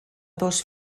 dos